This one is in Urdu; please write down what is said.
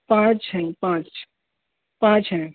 پانچ ہیں پانچ پانچ ہیں